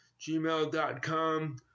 gmail.com